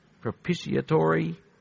propitiatory